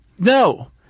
No